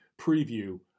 preview